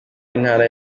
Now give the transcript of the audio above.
w’intara